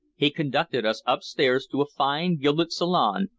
he conducted us upstairs to a fine gilded salon,